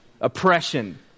Oppression